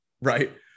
right